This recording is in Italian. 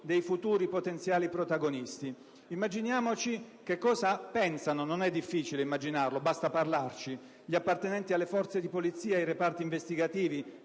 dei futuri potenziali protagonisti. Immaginiamo che cosa pensano - non è difficile immaginarlo, basta parlarci - gli appartenenti alle forze di polizia e ai reparti investigativi